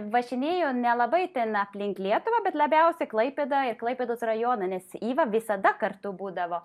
važinėjom nelabai ten aplink lietuvą bet labiausiai klaipėdą ir klaipėdos rajoną nes iva visada kartu būdavo